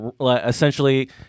essentially